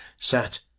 sat